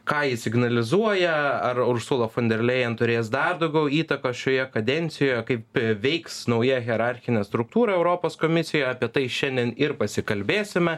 ką ji signalizuoja ar ursula fon der lejen turės dar daugiau įtakos šioje kadencijoje kaip veiks nauja hierarchinė struktūra europos komisijo apie tai šiandien ir pasikalbėsime